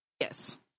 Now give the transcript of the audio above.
yes